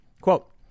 Quote